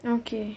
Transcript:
okay